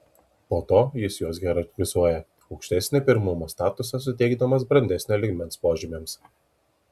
po to jis juos hierarchizuoja aukštesnį pirmumo statusą suteikdamas bendresnio lygmens požymiams